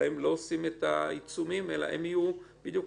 בהם לא עושים את העיצומים והם יהיו בדיוק